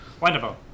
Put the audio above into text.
Wonderful